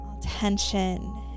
tension